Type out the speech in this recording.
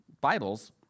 Bibles